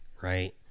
right